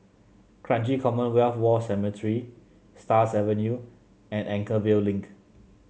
Kranji Commonwealth War Cemetery Stars Avenue and Anchorvale Link